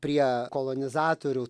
prie kolonizatorių